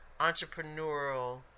entrepreneurial